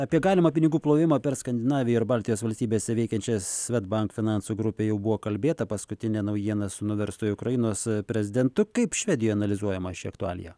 apie galimą pinigų plovimo per skandinaviją ir baltijos valstybėse veikiančias svedbank finansų grupė jau buvo kalbėta paskutinė naujiena su nuverstoju ukrainos prezidentu kaip švedija analizuojama ši aktualija